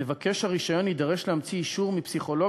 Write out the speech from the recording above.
מבקש הרישיון יידרש להמציא אישור מפסיכולוג